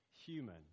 human